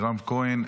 מירב כהן,